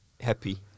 happy